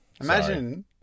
imagine